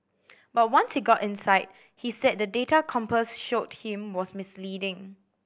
but once he got inside he said the data Compass showed him was misleading